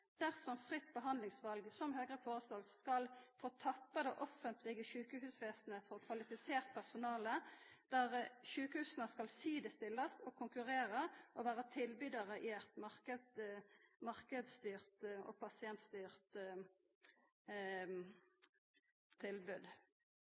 dersom fritt behandlingsval, som Høgre foreslår, skal få tappa det offentlege sjukehusvesenet for kvalifisert personale, der sjukehusa skal jamstillast og konkurrera og vera tilbydarar i eit marknadsstyrt og